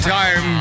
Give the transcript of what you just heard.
time